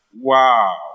Wow